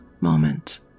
moment